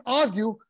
argue